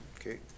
okay